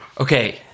Okay